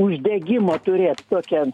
uždegimo turėt tokią